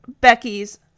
Becky's